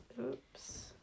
Oops